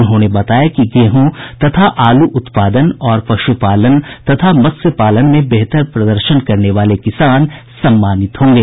उन्होंने बताया कि गेहूं तथा आलू उत्पादन और पशुपालन तथा मत्स्यपालन में बेहतर प्रदर्शन करने वाले किसान सम्मानित होंगे